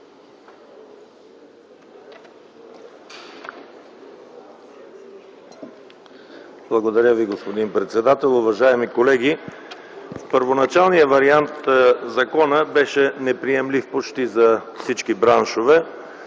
Благодаря Ви, господин председател. Уважаеми колеги, първоначалният вариант на закона беше неприемлив почти за всички браншове.